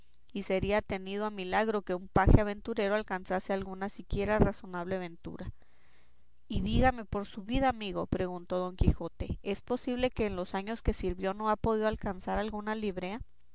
y sería tenido a milagro que un paje aventurero alcanzase alguna siquiera razonable ventura y dígame por su vida amigo preguntó don quijote es posible que en los años que sirvió no ha podido alcanzar alguna librea